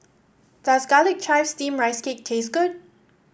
does Garlic Chives Steamed Rice Cake taste good